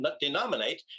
denominate